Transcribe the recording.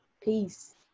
Peace